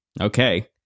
Okay